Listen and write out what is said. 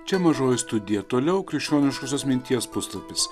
čia mažoji studija toliau krikščioniškosios minties puslapis